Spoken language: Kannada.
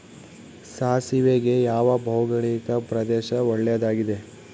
ಸಾಸಿವೆಗೆ ಯಾವ ಭೌಗೋಳಿಕ ಪ್ರದೇಶ ಒಳ್ಳೆಯದಾಗಿದೆ?